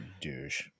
douche